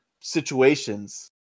situations